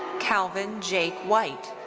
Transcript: calvin jake white.